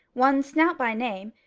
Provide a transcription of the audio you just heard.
one snout by name,